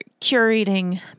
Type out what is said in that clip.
curating